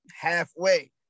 Halfway